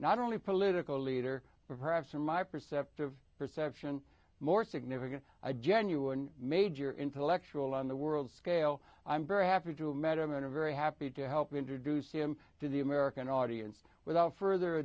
not only political leader perhaps for my perceptive perception more significant a genuine major intellectual on the world scale i'm very happy to a measurement a very happy to help introduce him to the american audience without further